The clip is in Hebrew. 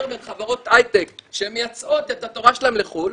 בין חברות הייטק שמייצאות את התורה שלהן לחו"ל,